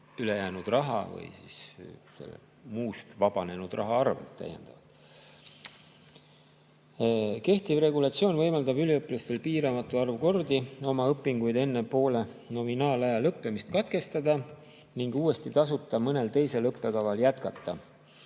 ülejäänud raha või mujalt vabanenud raha eest. Kehtiv regulatsioon võimaldab üliõpilastel piiramatu arv kordi oma õpinguid enne poole nominaalaja lõppemist katkestada ning uuesti tasuta mõnel teisel õppekaval jätkata.